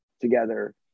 together